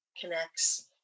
connects